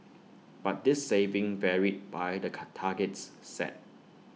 but this saving varied by the card targets set